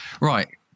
Right